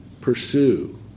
pursue